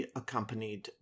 accompanied